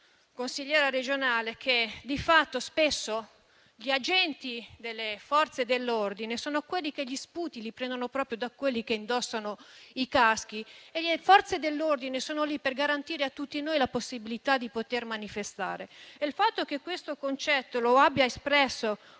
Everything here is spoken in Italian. consigliera regionale che di fatto spesso gli agenti delle Forze dell'ordine sono quelli che gli sputi li prendono proprio da quelli che indossano i caschi. Le Forze dell'ordine sono lì per garantire a tutti noi la possibilità di manifestare. Il fatto che questo concetto lo abbia espresso